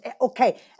Okay